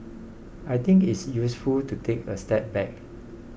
I think it's useful to take a step back